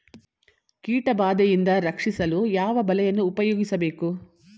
ಕೀಟಬಾದೆಯಿಂದ ರಕ್ಷಿಸಲು ಯಾವ ಬಲೆಯನ್ನು ಉಪಯೋಗಿಸಬೇಕು?